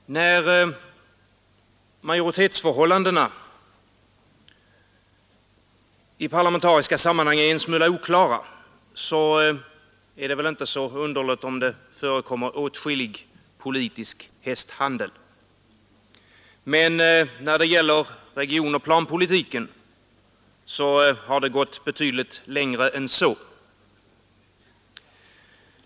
Herr talman! När majoritetsförhållandena i parlamentariska sammanhang är en smula oklara är det väl inte så underligt om det förekommer åtskillig politisk hästhandel. Men när det gäller regionoch planpolitiken har det gått betydligt längre än så.